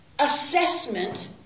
assessment